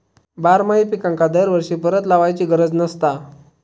बारमाही पिकांका दरवर्षी परत लावायची गरज नसता